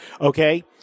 Okay